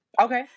Okay